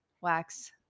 wax